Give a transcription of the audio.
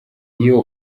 iyo